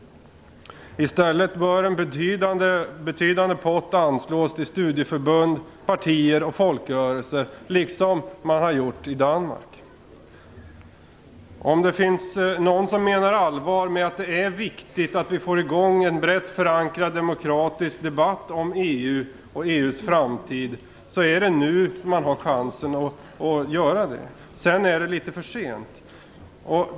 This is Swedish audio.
I stället bör en betydande pott anslås till studieförbund, partier och folkrörelser på samma sätt som har skett i Danmark. De som menar allvar med talet om att det är viktigt att vi får i gång en brett förankrad demokratisk debatt om EU och EU:s framtid har chansen att göra något nu. Sedan är det litet för sent.